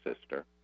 sister